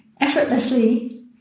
effortlessly